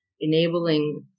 enabling